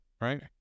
right